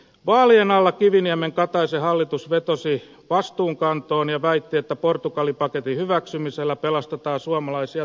vaalien alla kiviniemenkataisen hallitus vetosi vastuun kantamiseen ja väitti että portugali paketin hyväksymisellä pelastetaan suomalaisia työpaikkoja